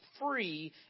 free